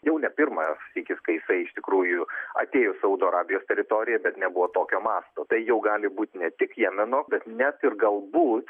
jau ne pirmas sykis kai jisai iš tikrųjų atėjo saudo arabijos teritorijai bet nebuvo tokio masto tai jau gali būti ne tik jemeno bet net ir galbūt